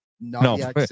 no